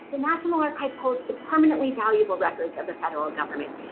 the national archives holds the permanently valuable records of the federal government.